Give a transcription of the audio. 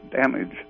Damage